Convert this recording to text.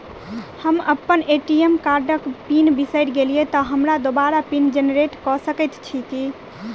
हम अप्पन ए.टी.एम कार्डक पिन बिसैर गेलियै तऽ हमरा दोबारा पिन जेनरेट कऽ सकैत छी की?